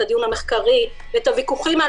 את הדיון המחקרי ואת הוויכוחים על